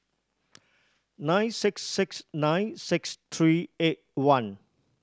nine six six nine six three eight one